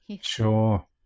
Sure